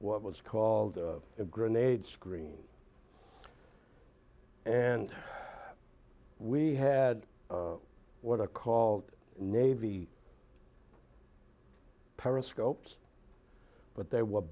what was called a grenade screen and we had what are called navy periscopes but they were